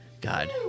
God